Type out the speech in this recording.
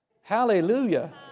Hallelujah